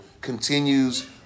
continues